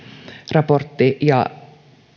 raportti ja